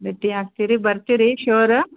ಭೇಟಿ ಆಗ್ತೀರಿ ಬರ್ತೀರಿ ಶೋರ್